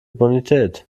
bonität